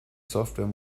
software